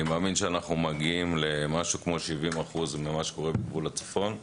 אני מאמין שאנחנו מגיעים למשהו כמו 70% ממה שקורה בגבול הצפון,